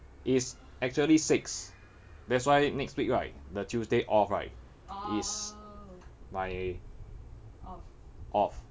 it's actually six that's why next week right the tuesday off right is my off